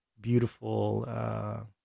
beautiful